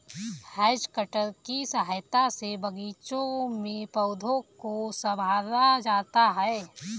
has cutter की सहायता से बागीचों में पौधों को सँवारा जाता है